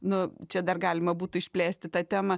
nu čia dar galima būtų išplėsti tą temą